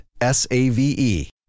S-A-V-E